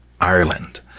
Ireland